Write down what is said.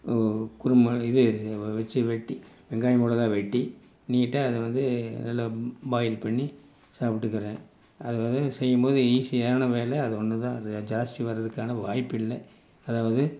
குரும இது வைச்சு வெட்டி வெங்காயம் மிளகா வெட்டி நீட்டாக அதை வந்து நல்ல பாயில் பண்ணி சாப்பிட்டுக்கறேன் அதை வந்து செய்யும்போது ஈஸியான வேலை அது ஒன்று தான் அது ஜாஸ்தி வரதுக்கான வாய்ப்பு இல்லை அதாவது